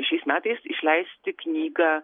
šiais metais išleisti knygą